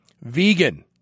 vegan